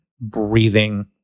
breathing